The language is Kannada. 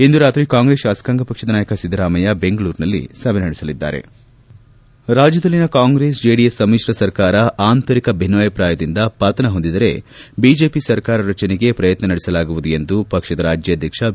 ಇಂದು ರಾತ್ರಿ ಕಾಂಗ್ರೆಸ್ ಶಾಸಕಾಂಗ ಪಕ್ಷದ ನಾಯಕ ಸಿದ್ದರಾಮಯ್ಯ ಬೆಂಗಳೂರಿನಲ್ಲಿ ಸಭೆ ನಡೆಸಲಿದ್ದಾರೆ ರಾಜ್ವದಲ್ಲಿನ ಕಾಂಗ್ರೆಸ್ ಜೆಡಿಎಸ್ ಸಮಿಶ್ರ ಸರ್ಕಾರ ಆಂತರಿಕ ಭಿನ್ನಾಭಿಪ್ರಾಯದಿಂದ ಪತನ ಹೊಂದಿದರೆ ಬಿಜೆಪಿ ಸರ್ಕಾರ ರಚನೆಗೆ ಪ್ರಯತ್ನ ನಡೆಸಲಾಗುವುದು ಎಂದು ಪಕ್ಷದ ರಾಜ್ಯಾಧ್ವಕ್ಷ ಬಿ